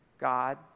God